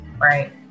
Right